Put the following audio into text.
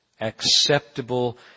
acceptable